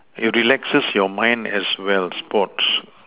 it relaxes your mind as well sports